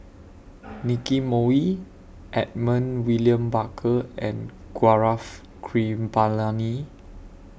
Nicky Moey Edmund William Barker and Gaurav Kripalani